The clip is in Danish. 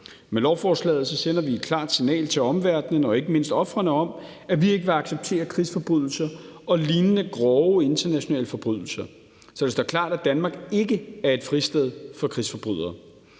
Med lovforslaget sender vi et klart signal til omverdenen og ikke mindst ofrene om, at vi ikke vil acceptere krigsforbrydelser og lignende grove internationale forbrydelser, så det står klart, at Danmark ikke er et fristed for krigsforbrydere.